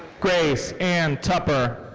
grace ann tupper.